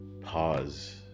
pause